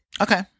Okay